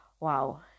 Wow